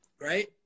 right